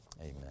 Amen